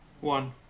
One